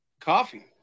coffee